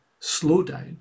slowdown